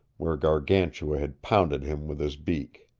where gargantua had pounded him with his beak.